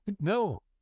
No